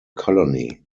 colony